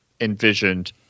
envisioned